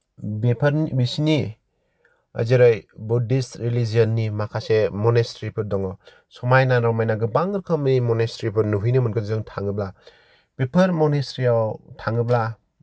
बेफोरनि बिसोरनि जेरै बुद्धिस्त रिलिजननि माखासे मनेस्त्रिफोर दङ समायना रमायना गोबां रोखोमनि मनेस्त्रिफोर नुहैनो मोनगोन जों थाङोब्ला बेफोर मनेस्त्रियाव थाङोब्ला